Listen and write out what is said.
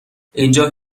اینجا